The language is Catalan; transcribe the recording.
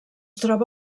troba